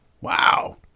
wow